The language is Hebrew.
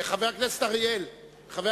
חבר הכנסת אריאל,